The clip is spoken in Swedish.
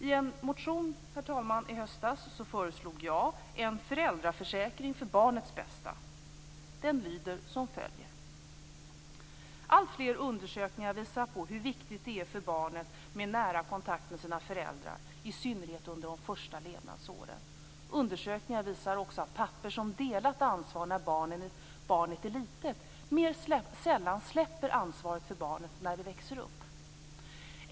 I en motion i höstas föreslog jag en föräldraförsäkring för barnets bästa. Den lyder: Alltfler undersökningar visar hur viktigt det är för barnet med nära kontakt med sina föräldrar, i synnerhet under de första levnadsåren. Undersökningar visar att pappor som delat ansvaret när barnet är litet mer sällan släpper ansvaret för barnet när det växer upp.